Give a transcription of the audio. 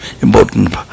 important